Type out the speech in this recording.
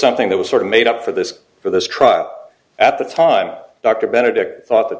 something that was sort of made up for this for this trial at the time dr benedict thought the